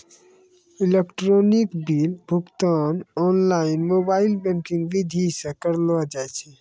electronic bill भुगतान online mobile banking विधि से करलो जाय छै